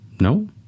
No